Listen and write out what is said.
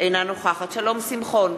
אינה נוכחת שלום שמחון,